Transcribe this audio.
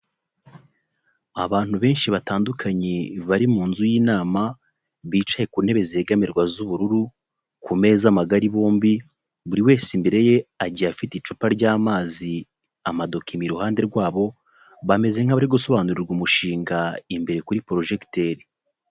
Abantu benshi batandukanye, bari mu nzu y'inama, bicaye ku ntebe zegamirwa z'ubururu, ku meza magari bombi, buri wese imbere ye agiye afite icupa ry'amazi, amadokima iruhande rwabo, bameze nk'abari gusobanurirwa umushinga imbere kuri porojegiteri.